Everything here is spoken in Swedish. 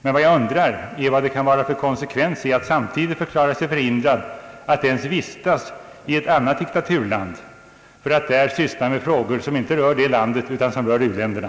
Men jag undrar vad det är för konsekvens i att samtidigt förklara sig förhindrad att ens vistas i ett annat diktaturland för att där syssla med frågor, som inte rör det landet utan u-länderna.